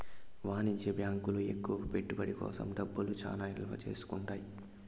వాణిజ్య బ్యాంకులు ఎక్కువ పెట్టుబడి కోసం డబ్బులు చానా నిల్వ చేసుకుంటాయి